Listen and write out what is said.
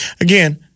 Again